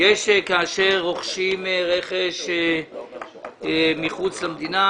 כאשר רוכשים רכש מחוץ למדינה,